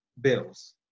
bills